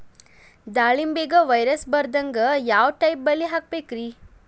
ದಾಳಿಂಬೆಗೆ ವೈರಸ್ ಬರದಂಗ ಯಾವ್ ಟೈಪ್ ಬಲಿ ಹಾಕಬೇಕ್ರಿ?